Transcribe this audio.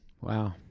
wow